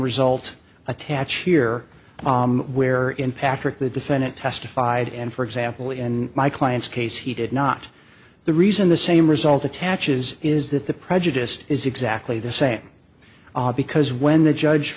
result attach here where in patrick the defendant testified and for example in my client's case he did not the reason the same result attaches is that the prejudice is exactly the same ah because when the judge